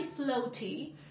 floaty